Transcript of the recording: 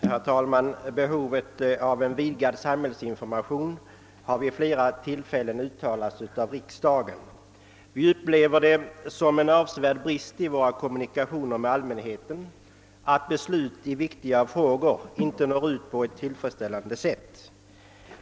Herr talman! Behovet av vidgad samhällsinformation har vid flera tillfällen uttalats av riksdagen. Vi upplever det som en avsevärd brist i våra kommunikationer med allmänheten att beslut i viktiga frågor inte når ut på ett tillfredsställande sätt.